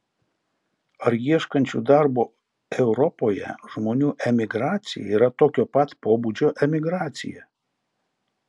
ar ieškančių darbo europoje žmonių emigracija yra tokio pat pobūdžio emigracija